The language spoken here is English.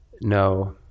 no